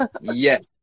yes